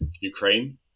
Ukraine